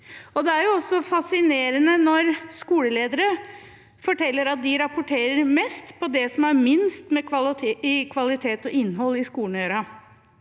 Det er også fascinerende når skoleledere forteller at de rapporterer mest på det som har minst med kvalitet og innhold i skolen